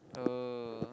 oh